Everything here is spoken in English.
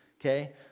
Okay